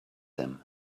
him